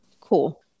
cool